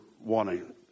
wanting